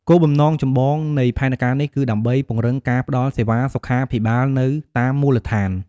គោលបំណងចម្បងនៃផែនការនេះគឺដើម្បីពង្រឹងការផ្តល់សេវាសុខាភិបាលនៅតាមមូលដ្ឋាន។